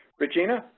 regina,